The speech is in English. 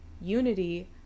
unity